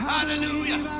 Hallelujah